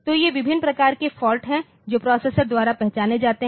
तो ये विभिन्न प्रकार के फाल्ट हैं जो प्रोसेसर द्वारा पहचाने जाते है